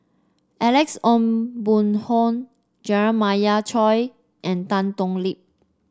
Alex Ong Boon Hau Jeremiah Choy and Tan Thoon Lip